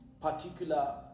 particular